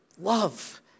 love